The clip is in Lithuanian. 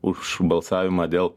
už balsavimą dėl